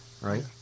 Right